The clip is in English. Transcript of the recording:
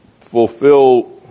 fulfill